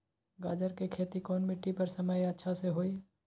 गाजर के खेती कौन मिट्टी पर समय अच्छा से होई?